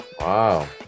Wow